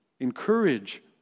encourage